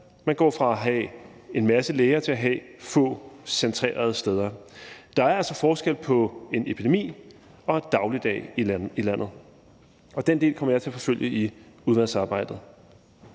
Man går fra at have en masse læger til at have få centrerede steder. Der er altså en forskel på en epidemi og en dagligdag i landet, og den del kommer jeg til at forfølge i udvalgsarbejdet.